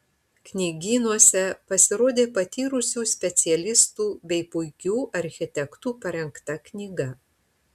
knygynuose pasirodė patyrusių specialistų bei puikių architektų parengta knyga